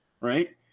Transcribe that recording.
right